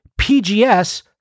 PGS